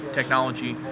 technology